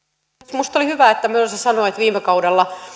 minusta oli hyvä että kun mölsä sanoi että viime kaudella